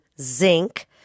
zinc